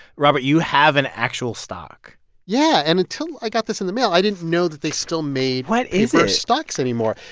robert, you have an actual stock yeah. and until i got this in the mail, i didn't know that they still made. what is it. paper stocks anymore.